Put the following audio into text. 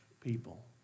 people